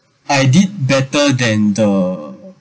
I did better than the